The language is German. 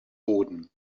boden